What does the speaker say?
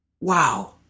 Wow